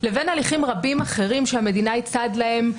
לבין הליכים רבים אחרים שהמדינה היא צד להם.